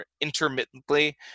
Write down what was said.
intermittently